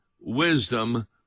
wisdom